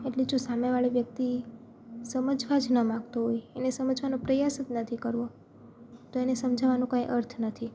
એટલે જો સામેવાળી વ્યક્તિ સમજવા જ ન માંગતું હોય એને સમજવાનો પ્રયાસ જ નથી કરવો તો એને સમજાવાનો કાંઈ અર્થ નથી